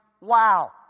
wow